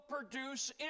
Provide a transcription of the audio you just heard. produce